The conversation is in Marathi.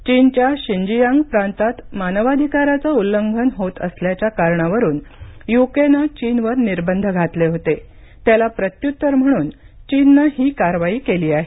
चीनच्या शिनजियांग प्रांतात मानवाधिकाराचं उल्लंघन होत असल्याच्या कारणावरुन युकेनं चीनवर निर्बंध घातले होते त्याला प्रत्युत्तर म्हणून चीननं ही कारवाई केली आहे